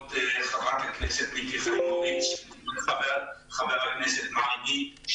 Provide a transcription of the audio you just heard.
ברכות לחברת הכנסת מיקי חיימוביץ' ולחבר הכנסת יעקב מרגי,